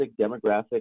demographic